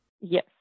Yes